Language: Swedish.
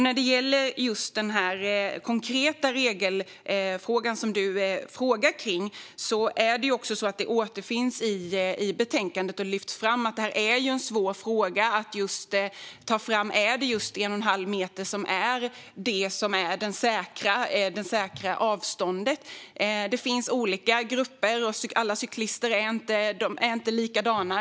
När det gäller den konkreta regelfråga som du ställer återfinns det här i betänkandet, där det lyfts fram att detta är en svår fråga: Är det just en och en halv meter som är det säkra avståndet? Det finns olika grupper av cyklister; alla är inte likadana.